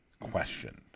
questioned